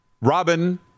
Robin